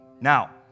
Now